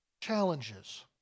challenges